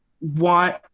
want